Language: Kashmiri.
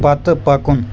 پتہٕ پکُن